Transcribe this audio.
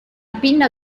pinna